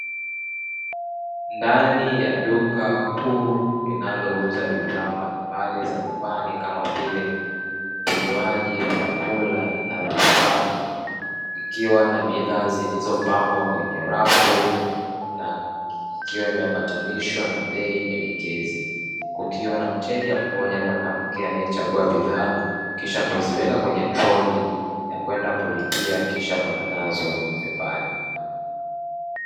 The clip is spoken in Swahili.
Ndani ya duka kuu linalouza bidhaa mbalimbali za nyumbani kama vile: vinywaji, vyakula na vifaa. Likiwa na bidhaa zilizopangwa kwenye rafu na ikiwa imeambatanishwa na bei elekezi, kukiwa na mteja mmoja mwanamke anayechagua bidhaa kisha kuziweka kwenye toroli na kwenda kulipia kisha kwenda nazo nyumbani.